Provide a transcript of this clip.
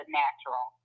natural